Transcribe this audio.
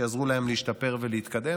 שיעזרו להן להשתפר ולהתקדם.